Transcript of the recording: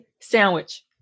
sandwich